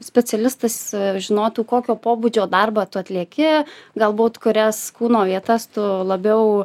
specialistas žinotų kokio pobūdžio darbą tu atlieki galbūt kurias kūno vietas tu labiau